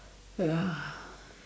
ya